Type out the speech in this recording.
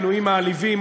כינויים מעליבים,